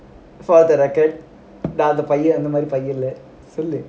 for the record அந்த பையன் அந்த மாதிரி பையன் இல்ல சொல்லு:antha paiyan antha maathiri paiyan illanu sollu